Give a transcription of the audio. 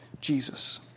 Jesus